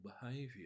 behavior